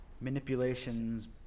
manipulations